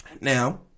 Now